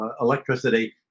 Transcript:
electricity